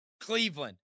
Cleveland